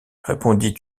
répondit